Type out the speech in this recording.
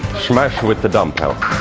smash with the dumbbell!